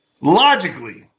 Logically